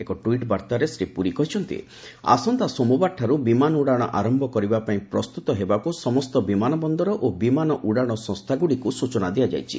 ଏକ ଟୁଇଟ୍ ବାର୍ତ୍ତାରେ ଶ୍ରୀ ପୁରୀ କହିଛନ୍ତି ଆସନ୍ତା ସୋମବାରଠାରୁ ବିମାନ ଉଡ଼ାଶ ଆରମ୍ଭ କରିବା ପାଇଁ ପ୍ରସ୍ତୁତ ହେବାକୁ ସମସ୍ତ ବିମାନ ବନ୍ଦର ଓ ବିମାନ ଉଡ଼ାଣ ସଂସ୍ଥାଗୁଡ଼ିକୁ ଏ ନେଇ ସୂଚନା ଦିଆଯାଇଛି